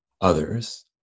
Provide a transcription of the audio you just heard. others